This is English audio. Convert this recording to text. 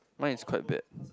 mine is quite bad